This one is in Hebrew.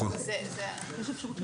-- זה אותו היתר לחרוג משלוש ההרשאות,